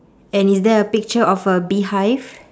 and is there a picture of a beehive